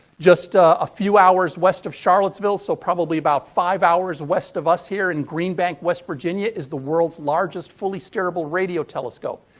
just a few hours west of charlottesville, so probably about five hours west of us here, in green bank, west virginia, is the world's largest fully steerable radio telescope.